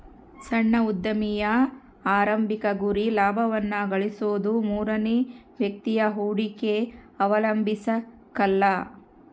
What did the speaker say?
ಸಣ್ಣ ಉದ್ಯಮಿಯ ಆರಂಭಿಕ ಗುರಿ ಲಾಭವನ್ನ ಗಳಿಸೋದು ಮೂರನೇ ವ್ಯಕ್ತಿಯ ಹೂಡಿಕೆ ಅವಲಂಬಿಸಕಲ್ಲ